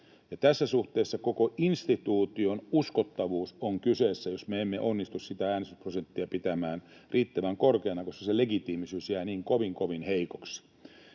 tässä suhteessa koko instituution uskottavuus on kyseessä, jos me emme onnistu sitä äänestysprosenttia pitämään riittävän korkeana, koska se legitiimisyys jää niin kovin, kovin